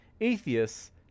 atheists